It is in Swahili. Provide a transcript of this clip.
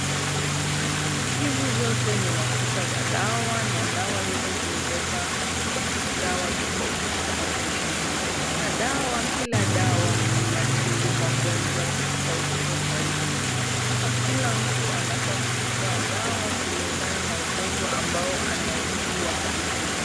Hizi zote ni machupa za dawa na dawa hizo zimebeba dawa tofauti tofauti na kila dawa inatibu magonjwa tofauti tofauti. Sasa kila mtu anafaa kupakua dawa kulingana na ugonjwa ambao anaugua.